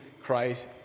Christ